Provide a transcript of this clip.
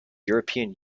european